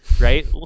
right